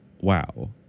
wow